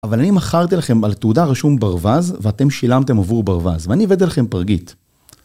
אבל אני מכרתי לכם על תעודה רשום ברווז, ואתם שילמתם עבור ברווז, ואני הבאתי לכם פרגית.